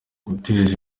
guteza